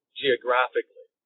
geographically